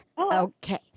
Okay